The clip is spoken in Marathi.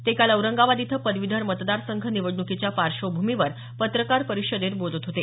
ते काल औरंगाबाद इथं पदवीधर मतदार संघ निवडणुकीच्या पार्श्वभूमीवर पत्रकार परिषदेत बोलत होते